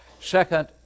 second